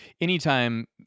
anytime